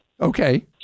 Okay